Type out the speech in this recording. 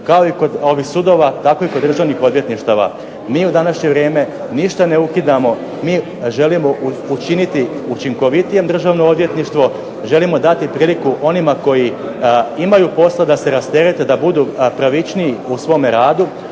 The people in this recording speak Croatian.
Kao i kod ovih sudova tako i kod državnih odvjetništava mi u današnje vrijeme ništa ne ukidamo. Mi želimo učiniti učinkovitijem Državno odvjetništvo, želimo dati priliku onima koji imaju posao da se rasterete, da budu pravičniji u svome radu,